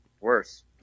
Worse